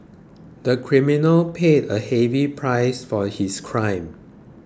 the criminal paid a heavy price for his crime